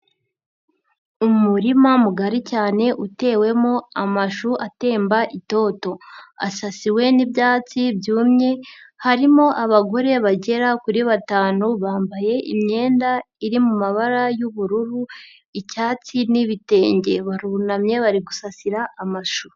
Umurima mugari cyane utewemo amashu atemba itoto asasiwe n'ibyatsi byumye, harimo abagore bagera kuri batanu bambaye imyenda iri mu mabara y'ubururu, icyatsi n'ibitenge, barunamye bari gusasira amashu.